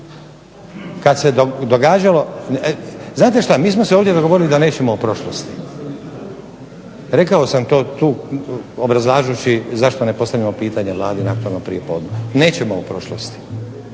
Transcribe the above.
Kada se događalo, znate što mi smo se ovdje dogovarali da nećemo o prošlosti. Rekao sam to tu obrazlažući zašto ne postavljamo pitanja Vladi na aktualnom prijepodnevu. Nećemo o prošlosti,